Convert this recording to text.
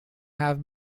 have